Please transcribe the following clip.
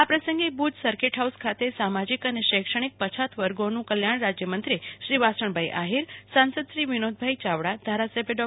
આ પ્રસંગે Bhuj circuit house ખાતે સામાજીક અને પછાત વર્ગોનું કલ્યાણ રાજયમંત્રી શ્રી વાસણભાઈ આહિરસાસંદ શ્રી વિનોદભાઈ ચાવડાધારા સભ્ય ડો